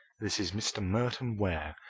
this is mr. merton ware,